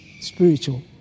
spiritual